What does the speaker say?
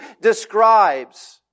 describes